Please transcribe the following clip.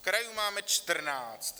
Krajů máme čtrnáct.